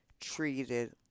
treated